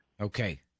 Okay